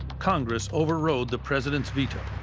congress overrode the president's veto.